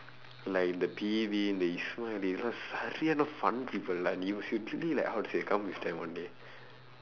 like the P V இந்த:indtha ismail சரியான:sariyaana fun people lah you should really like how to say come with them one day